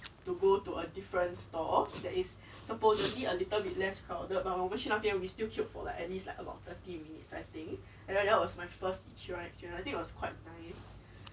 you go to a different store of that is to supposedly a little bit less crowded 爸爸我们去那边 we still queue for like at least like about thirty minutes I think that was my first ichiran you know I think it was quite